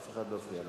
חבר הכנסת בן-ארי,